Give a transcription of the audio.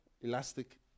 elastic